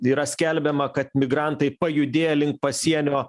yra skelbiama kad migrantai pajudėjo link pasienio